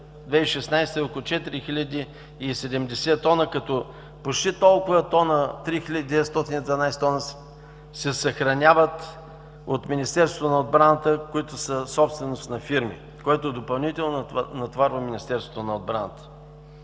2016 г. е около 4070 тона, като почти толкова тона – 3912, се съхраняват от Министерството на отбраната, които са собственост на фирми, което допълнително натоварва Министерството на отбраната.